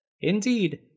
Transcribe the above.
Indeed